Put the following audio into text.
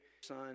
son